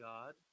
God